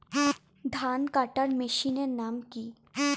ধান কাটার মেশিনের নাম কি?